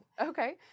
okay